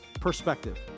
perspective